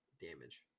damage